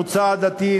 מוצא עדתי,